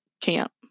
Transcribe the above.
camp